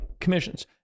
commissions